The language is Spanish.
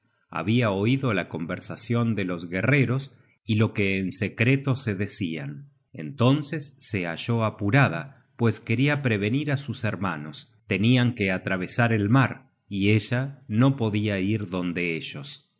habia oido la conversacion de los guerreros y lo que en secreto se decian entonces se halló apurada pues quería prevenir á sus hermanos tenian que atravesar el mar y ella no podia ir donde ellos